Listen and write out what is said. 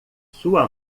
sua